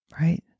right